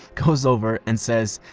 goes over and says,